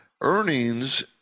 earnings